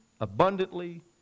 abundantly